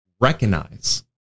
recognize